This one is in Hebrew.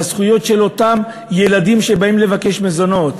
על הזכויות של אותם ילדים שבאים לבקש מזונות.